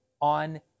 on